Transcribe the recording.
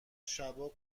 شبا